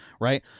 right